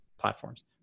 platforms